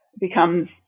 becomes